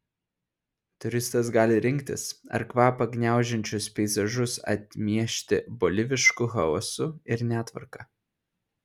turistas gali rinktis ar kvapą gniaužiančius peizažus atmiešti bolivišku chaosu ir netvarka